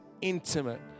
intimate